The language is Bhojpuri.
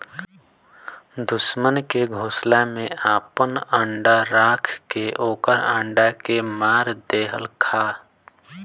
दुश्मन के घोसला में आपन अंडा राख के ओकर अंडा के मार देहलखा